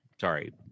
Sorry